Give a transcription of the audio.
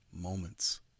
moments